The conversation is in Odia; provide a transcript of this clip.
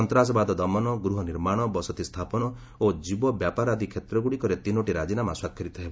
ସନ୍ତାସବାଦ ଦମନ ଗୃହ ନିର୍ମାଣ ବସତି ସ୍ଥାପନ ଓ ଯୁବବ୍ୟାପାର ଆଦି କ୍ଷେତ୍ରଗୁଡ଼ିକରେ ତିନୋଟି ରାଜିନାମା ସ୍ୱାକ୍ଷରିତ ହେବ